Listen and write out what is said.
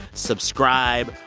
subscribe.